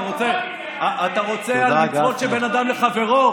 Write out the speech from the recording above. אתה רוצה מצוות שבין אדם לחברו,